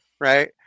right